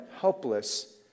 helpless